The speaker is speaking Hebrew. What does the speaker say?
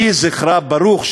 יהיה זכרה ברוך,